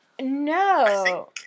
No